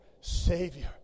Savior